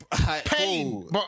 Pain